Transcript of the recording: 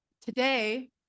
Today